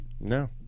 No